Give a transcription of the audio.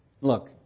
Look